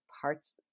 parts